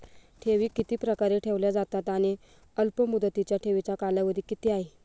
ठेवी किती प्रकारे ठेवल्या जातात आणि अल्पमुदतीच्या ठेवीचा कालावधी किती आहे?